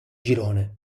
girone